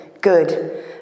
good